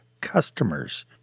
customers